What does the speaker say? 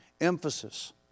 emphasis